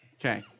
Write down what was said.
okay